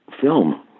film